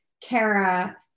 Kara